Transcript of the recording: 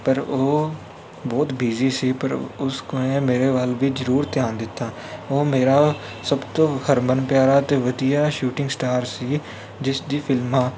ਪਰ ਉਹ ਬਹੁਤ ਬਿਜ਼ੀ ਸੀ ਪਰ ਉਸਨੇ ਮੇਰੇ ਵੱਲ ਵੀ ਜ਼ਰੂਰ ਧਿਆਨ ਦਿੱਤਾ ਉਹ ਮੇਰਾ ਸਭ ਤੋਂ ਹਰਮਨ ਪਿਆਰਾ ਅਤੇ ਵਧੀਆ ਸ਼ੂਟਿੰਗ ਸਟਾਰ ਸੀ ਜਿਸਦੀ ਫਿਲਮਾਂ